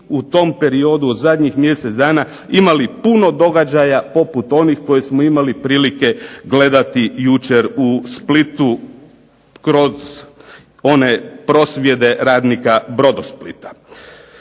u tom periodu od zadnjih mjeseca dana imali puno događaja poput onih koje smo imali prilike gledati jučer u Splitu kroz one prosvjede radnika Brodosplita.